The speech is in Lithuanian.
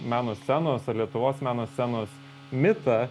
meno scenos ar lietuvos meno scenos mitą